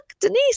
Denise